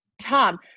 Tom